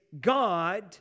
God